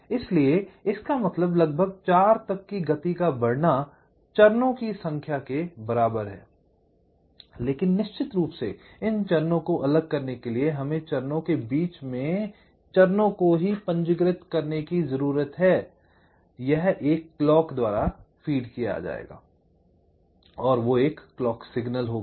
इसलिए इसका मतलब लगभग 4 तक की गति का बढ़ना चरणों की संख्या के बराबर है लेकिन निश्चित रूप से इन चरणों को अलग करने के लिए हमें चरणों के बीच में चरणों को पंजीकृत करने की ज़रूरत है यह एक क्लॉक द्वारा फ़ीड किया जाएगा यह एक क्लॉक सिग्नल होगा